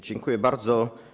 Dziękuję bardzo.